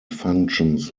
functions